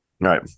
right